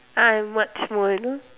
I'm what smarter